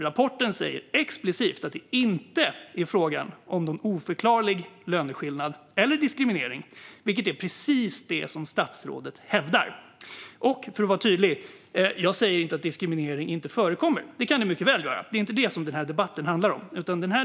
Rapporten säger alltså explicit att det inte är fråga om någon oförklarlig löneskillnad eller diskriminering, vilket är precis det som statsrådet hävdar. Och, för att vara tydlig, jag säger inte att diskriminering inte förekommer; det kan den mycket väl göra. Det är inte det denna debatt handlar om.